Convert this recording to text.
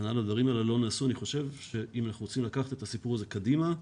אני חושב שאם אנחנו רוצים לקחת את הסיפור הזה קדימה,